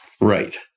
Right